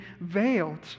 veiled